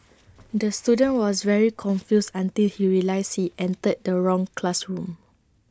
the student was very confused until he realised he entered the wrong classroom